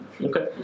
Okay